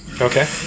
Okay